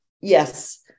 yes